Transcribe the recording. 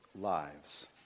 lives